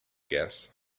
guess